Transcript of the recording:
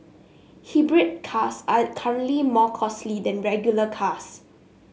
hybrid cars are currently more costly than regular cars